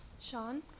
Sean